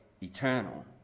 eternal